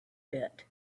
bit